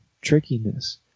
trickiness